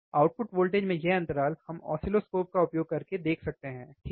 output voltage में यह अंतराल हम ऑसिलोस्कोप का उपयोग करके देख सकते हैं ठीक है